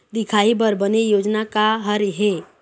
दिखाही बर बने योजना का हर हे?